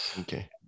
Okay